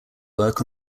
work